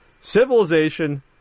Civilization